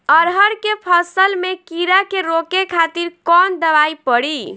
अरहर के फसल में कीड़ा के रोके खातिर कौन दवाई पड़ी?